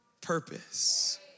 purpose